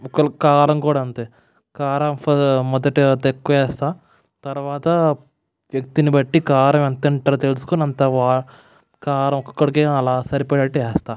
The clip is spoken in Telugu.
ఒకవేళ కారం కూడా అంతే కారం మొదట తక్కువ వేస్తాను తరువాత వ్యక్తిని బట్టి కారం ఎంత తింటారో తెలుసుకొని అంత కారం ఒక్కొక్కరికి అలా సరిపడేటట్టు వేస్తాను